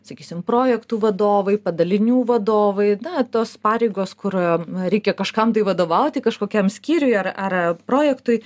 sakysim projektų vadovai padalinių vadovai na tos pareigos kur reikia kažkam tai vadovauti kažkokiam skyriui ar ar projektui